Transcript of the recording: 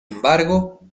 embargo